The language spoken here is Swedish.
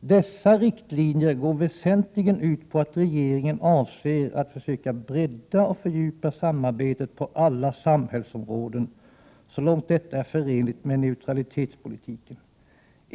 ”Dessa riktlinjer går väsentligen ut på att regeringen avser att försöka bredda och fördjupa samarbetet på alla samhällsområden så långt detta är förenligt med neutralitetspolitiken.